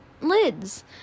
Lids